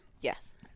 Yes